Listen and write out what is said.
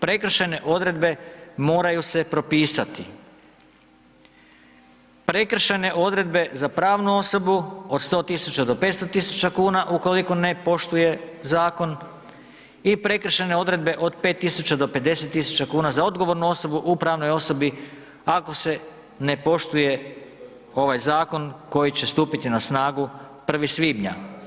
Prekršajne odredbe moraju se propisati, prekršajne odredbe za pravnu osobu od 100.000,00 do 500.000,00 kn ukoliko ne poštuje zakon i prekršajne odredbe od 5.000,00 do 50.000,00 kn za odgovornu osobu u pravnoj osobi ako se ne poštuje ovaj zakon koji će stupiti na snagu 1. svibnja.